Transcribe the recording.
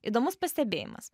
įdomus pastebėjimas